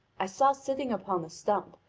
i saw sitting upon a stump,